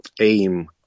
aim